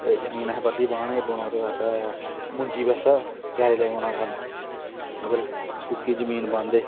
ते जमीन असें फिर बाह्ना लग्गी पौना ओह्दे बास्तै मुंजी बास्तै त्यारी लग्गी पौना करना मगर सुक्की ज़मीन बाहंदे